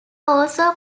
also